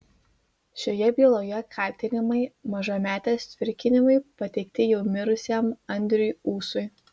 šioje byloje kaltinimai mažametės tvirkinimu pateikti jau mirusiam andriui ūsui